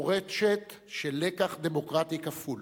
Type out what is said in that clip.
מורשת של לקח דמוקרטי כפול: